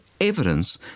evidence